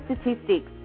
statistics